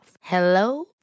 Hello